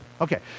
Okay